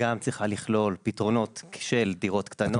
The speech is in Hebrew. צריכה גם לכלול פתרונות של דירות קטנות.